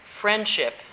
friendship